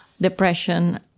depression